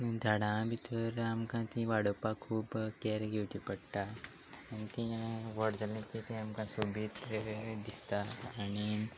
झाडां भितर आमकां तीं वाडोवपाक खूब कॅर घेवची पडटा आनी तीं व्हड जालीं की तीं आमकां सोबीत दिसता आनी